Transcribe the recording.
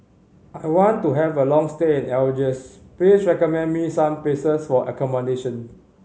I want to have a long stay in Algiers please recommend me some places for accommodation